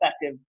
effective